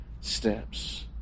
steps